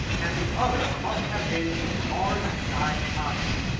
and the other must have been a mars sized object,